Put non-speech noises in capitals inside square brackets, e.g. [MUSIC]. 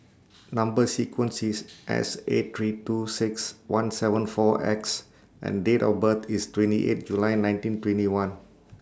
[NOISE] Number sequence IS S eight three two six one seven four X and Date of birth IS twenty eight July nineteen twenty one